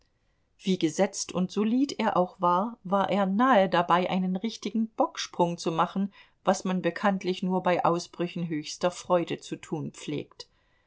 wie gesetzt und solid er auch war war er nahe dabei einen richtigen bocksprung zu machen was man bekanntlich nur bei ausbrüchen höchster freude zu tun pflegt